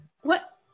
what-